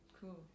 Cool